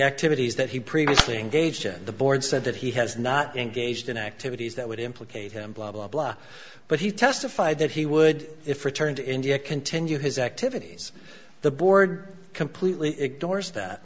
activities that he previously engaged in the board said that he has not engaged in activities that would implicate him blah blah blah but he testified that he would return to india continue his activities the board completely ignores that